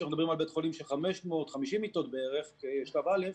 כשמדברים על בית חולים של 550 מיטות בערך בשלב א',